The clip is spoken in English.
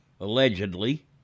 allegedly